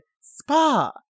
spa